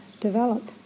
develop